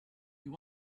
you